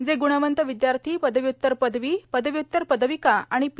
जे ग्णवंत विद्यार्थी पदव्य्तर पदवीए पदव्य्तर पदविका आणि पी